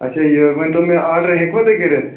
اچھا یہ ؤنۍ تو مےٚ آرڈر ہیٚکوا تُہۍ کٔرِتھ